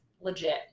legit